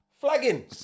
Flagging